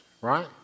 right